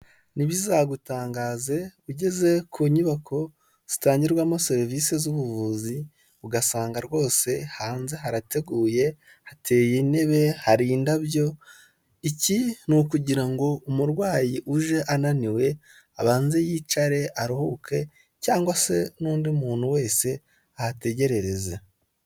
Ntibizagutangaze ugeze ku nyubako zitangirwamo serivisi z'ubuvuzi ugasanga rwose hanze harateguye hateye intebe hari indabyo, iki ni ukugira ngo umurwayi uje ananiwe abanze yicare aruhuke cyangwa se n'undi muntu wese ahategerereze.